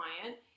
client